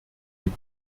die